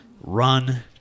run